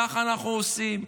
כך אנחנו עושים,